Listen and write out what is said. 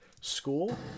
school